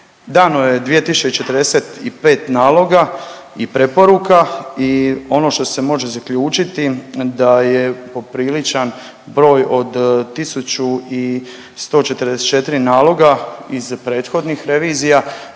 Dano je 2045 naloga i preporuka i ono što se može zaključiti da je popriličan broj od 1144 naloga iz prethodnih revizija